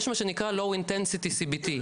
יש מה שנקרא low intensity cbt,